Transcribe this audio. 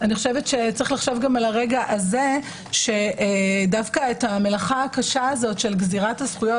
יש לחשוב גם על הרגע הזה שדווקא את המלאכה הקשה הזו של גזירת הזכויות